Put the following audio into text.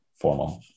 formal